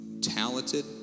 talented